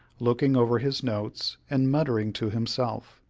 looking over his notes and muttering to himself.